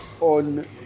on